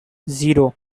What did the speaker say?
zero